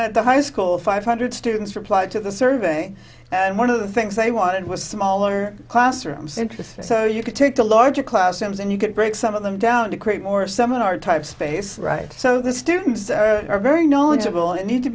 at the high school five hundred students replied to the survey and one of the things they wanted was smaller classrooms interest so you could take a larger classrooms and you could break some of them down to create more seminar type space right so the students are very knowledgeable and need to